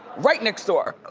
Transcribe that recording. right next door.